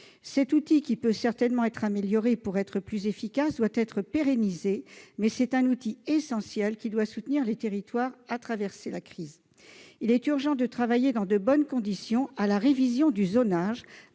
Cet outil, qui peut certainement être amélioré pour être rendu plus efficace, doit être pérennisé. Il joue un rôle essentiel pour aider les territoires à traverser la crise. Il est urgent de travailler dans de bonnes conditions à la révision du zonage